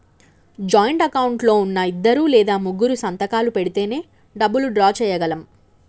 joint account లో ఉన్నా ఇద్దరు లేదా ముగ్గురూ సంతకాలు పెడితేనే డబ్బులు డ్రా చేయగలం